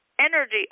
energy